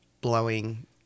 blowing